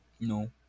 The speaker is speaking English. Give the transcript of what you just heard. No